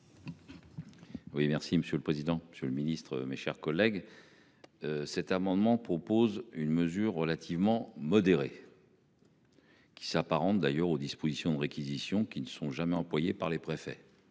Oui, merci monsieur le président, Monsieur le Ministre, mes chers collègues. Cet amendement propose une mesure relativement modérée. Qui s'apparente d'ailleurs aux dispositions réquisitions qui ne sont jamais employé par les préfets